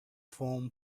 foam